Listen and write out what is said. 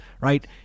Right